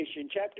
chapter